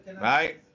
Right